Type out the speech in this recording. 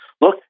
Look